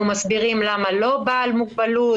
מסבירים למה לא לומר "בעל מוגבלות",